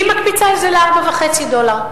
היא מקפיצה את זה ל-4.5 דולר.